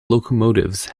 locomotives